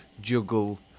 juggle